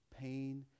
Pain